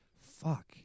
fuck